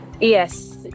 Yes